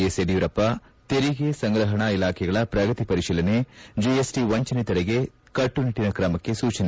S Yediyurappa ತೆರಿಗೆ ಸಂಗ್ರಹಣಾ ಇಲಾಖೆಗಳ ಪ್ರಗತಿ ಪರಿಶೀಲನೆ ಜಿಎಸ್ಟಿ ವಂಚನೆ ತಡೆಗೆ ಕಟ್ಪುನಿಟ್ಲನ ಕ್ರಮಕ್ತೆ ಸೂಚನೆ